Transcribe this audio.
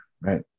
right